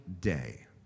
day